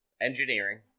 Engineering